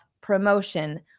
promotion